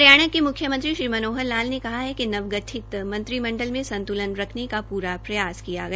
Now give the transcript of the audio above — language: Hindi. हरियाणा के म्ख्यमंत्री श्री मनोहर लाल ने कहा है कि नवगठित मंत्रिमंडल में संत्रलन रखने का प्रा प्रयास किया गया